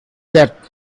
that